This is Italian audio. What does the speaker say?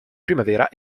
primavera